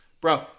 bro